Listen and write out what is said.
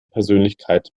persönlichkeit